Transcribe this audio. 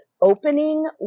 opening